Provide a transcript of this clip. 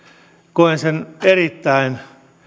koen sen erittäin